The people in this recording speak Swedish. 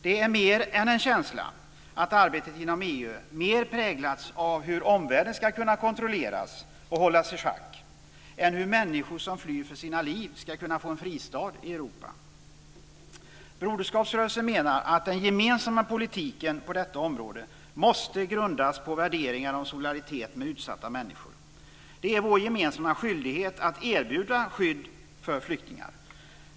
Det är mer än en känsla att arbetet inom EU mer har präglats av hur omvärlden ska kunna kontrolleras och hållas i schack än av hur människor som flyr för sina liv ska kunna få en fristad i Europa. Broderskapsrörelsen menar att den gemensamma politiken på detta område måste grundas på värderingar om solidaritet med utsatta människor. Det är vår gemensamma skyldighet att erbjuda skydd för flyktingar.